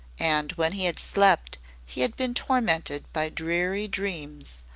and when he had slept he had been tormented by dreary dreams,